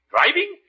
Driving